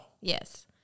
Yes